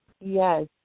Yes